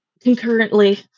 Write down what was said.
concurrently